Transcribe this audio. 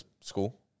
school